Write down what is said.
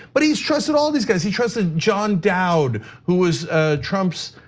but he's trusted all these guys, he trusted john dowd, who is trump's